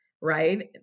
right